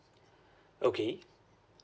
okay